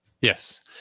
yes